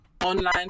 online